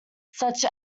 such